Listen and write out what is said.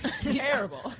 Terrible